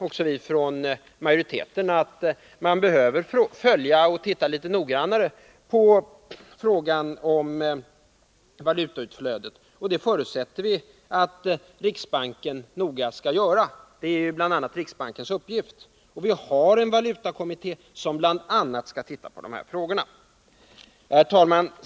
Också vi från utskottsmajoriteten tror att man behöver följa och titta litet noggrannare på frågan om valutautflödet. Det förutsätter vi att riksbanken kommer att göra. Det är ju en av riksbankens uppgifter. Vi har också en valutakommitté som bl.a. skall titta på de här frågorna. Fru talman!